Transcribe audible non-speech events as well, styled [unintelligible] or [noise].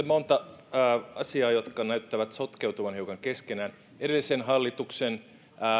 [unintelligible] monta asiaa jotka näyttävät sotkeutuvan hiukan keskenään edellisen hallituksen